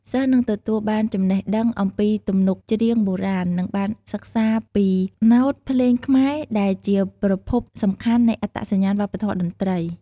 សិស្សនឹងទទួលបានចំណេះដឹងអំពីទំនុកច្រៀងបុរាណ និងបានសិក្សាពីណោតភ្លេងខ្មែរដែលជាប្រភពសំខាន់នៃអត្តសញ្ញាណវប្បធម៌តន្ត្រី។